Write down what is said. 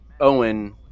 owen